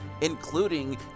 including